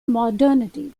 modernity